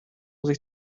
sich